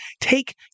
take